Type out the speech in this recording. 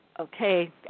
okay